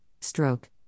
stroke